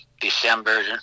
December